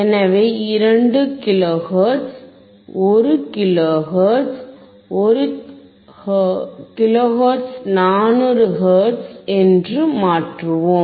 எனவே 2 kilohertz 1 kilohertz 1 kilohertz 400 hertz என்று மாற்றுவோம்